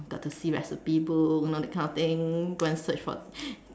start to see recipe book you know that kind of thing go and search for